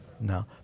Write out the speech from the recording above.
No